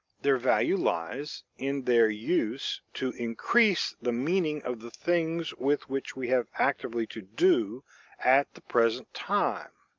their value lies in their use to increase the meaning of the things with which we have actively to do at the present time.